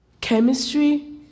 Chemistry